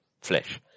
flesh